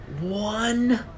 one